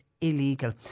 illegal